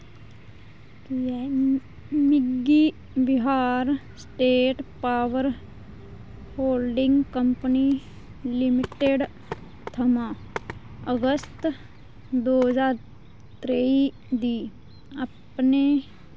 मिगी Bihar state power holding company limited थमां अगस्त दो ज्हार त्रेई दी अपने